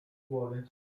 głowie